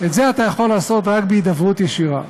את זה אתה יכול לעשות רק בהידברות ישירה.